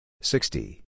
sixty